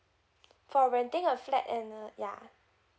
for renting a flat and uh yeah